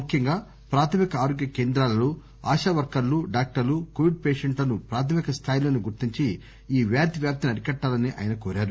ముఖ్యంగా ప్రాధమిక ఆరోగ్య కేంద్రాలలో ఆశావర్కర్లు డాక్టర్లు కోవిడ్ పేషెంట్లను ప్రాధమిక స్థాయిలోనే గుర్తించి ఈ వ్యాధి వ్యాప్తిని అరికట్టాలని ఆయన కోరారు